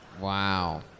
Wow